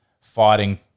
fighting